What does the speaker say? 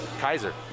Kaiser